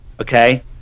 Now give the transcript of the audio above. okay